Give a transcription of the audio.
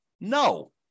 No